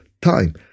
time